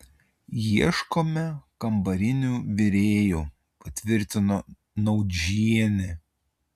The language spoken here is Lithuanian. ieškome kambarinių virėjų patvirtino naudžienė